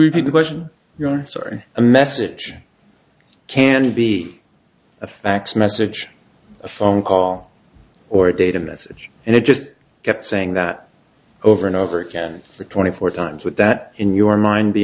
repeat the question you're sorry a message can be a fax message a phone call or data message and it just kept saying that over and over again the twenty four times with that in your mind the